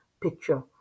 picture